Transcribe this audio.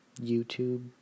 YouTube